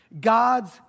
God's